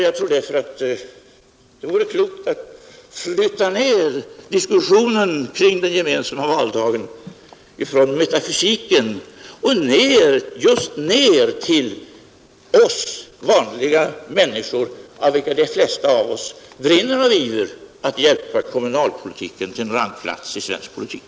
Jag tror därför att det vore klokt att flytta ner diskussionen kring den gemensamma valdagen från metafysiken just till oss vanliga människor — de flesta av oss brinner ju av iver att hjälpa kommunalpolitiken till en rangplats i svensk politik.